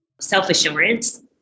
self-assurance